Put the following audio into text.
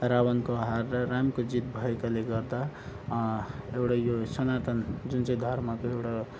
रावणको हार र रामको जित भएकाले गर्दा एउटा यो सनातन जुन चाहिँ धर्मको एउटा